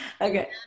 okay